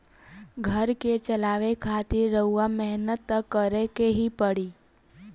घर के चलावे खातिर रउआ मेहनत त करें के ही पड़ी